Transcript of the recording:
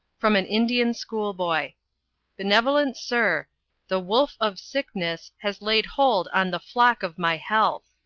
from an indian school-boy benevolent sir the wolf of sickness has laid hold on the flock of my health.